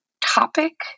topic